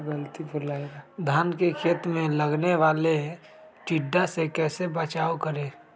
धान के खेत मे लगने वाले टिड्डा से कैसे बचाओ करें?